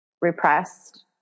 repressed